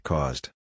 Caused